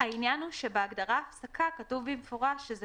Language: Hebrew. העניין הוא שבהגדרה "הפסקה" כתוב במפורש שזה